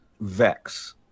Vex